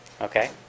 Okay